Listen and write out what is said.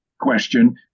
question